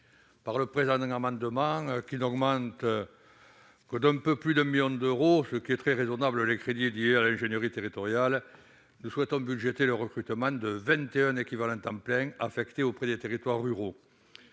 Par le présent amendement, qui vise à augmenter d'un peu plus d'un million d'euros, ce qui est très raisonnable, les crédits relatifs à l'ingénierie territoriale, nous souhaitons budgéter le recrutement de 21 équivalents temps plein affectés auprès des territoires ruraux.